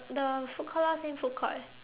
the food court lah same food court